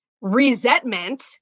resentment